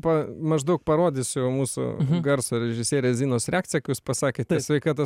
pa maždaug parodysiu mūsų garso režisierės zinos reakciją kai jūs pasakėte sveikata